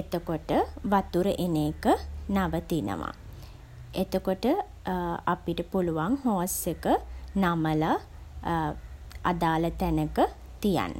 එතකොට වතුර එන එක නවතිනවා. එතකොට අපිට පුළුවන් හෝස් එක නමලා අදාල තැනක තියන්න.